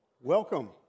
Welcome